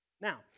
Now